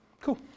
cool